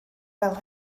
fel